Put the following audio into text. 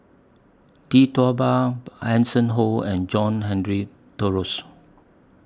Tee Tua Ba Hanson Ho and John Henry Duclos